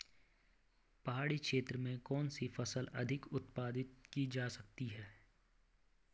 पहाड़ी क्षेत्र में कौन सी फसल अधिक उत्पादित की जा सकती है?